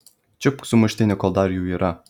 čiupk sumuštinį kol dar jų yra